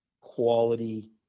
quality